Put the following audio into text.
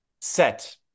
set